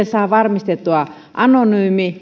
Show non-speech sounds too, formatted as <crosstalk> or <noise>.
<unintelligible> saa varmistettua anonyymin